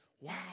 wow